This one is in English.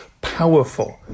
powerful